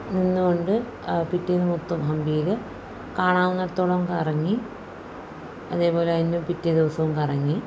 നിന്നുകൊണ്ട് പിറ്റേന്ന് മൊത്തം ഹമ്പിയിൽ കാണാവുന്നിടത്തോളം കറങ്ങി അതേപോലെ അതിൻ്റെ പിറ്റേദിവസവും കറങ്ങി